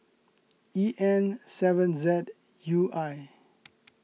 E M seven Z U I